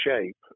shape